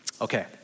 Okay